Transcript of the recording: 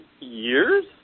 years